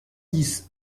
dix